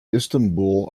istanbul